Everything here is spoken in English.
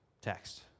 text